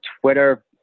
Twitter